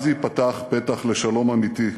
אז ייפתח פתח לשלום אמיתי.